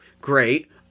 Great